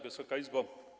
Wysoka Izbo!